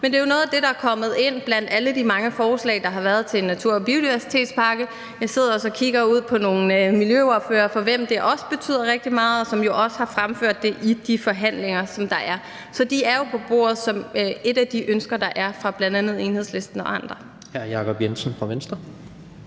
Men det er jo noget af det, der er kommet ind blandt alle de mange forslag, der har været, til en natur- og biodiversitetspakke. Jeg kigger også ud på nogle miljøordførere, for hvem det også betyder rigtig meget, og som jo også har fremført det i de forhandlinger, der er. Så det er jo på bordet som et af de ønsker, der er fra bl.a. Enhedslisten og andre. Kl. 17:12 Tredje